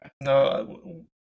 No